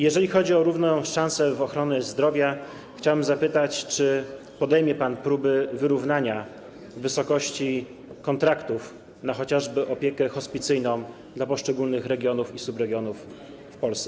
Jeżeli chodzi o równe szanse w ochronie zdrowia, chciałbym zapytać, czy podejmie pan próby wyrównania wysokości kontraktów chociażby na opiekę hospicyjną dla poszczególnych regionów i subregionów w Polsce.